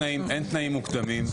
אין תנאים מוקדמים.